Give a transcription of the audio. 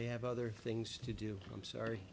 they have other things to do i'm sorry